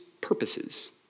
purposes